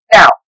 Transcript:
now